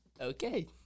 Okay